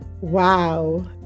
Wow